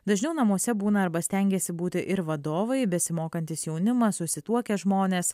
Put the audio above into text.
dažniau namuose būna arba stengiasi būti ir vadovai besimokantis jaunimas susituokę žmonės